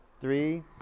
three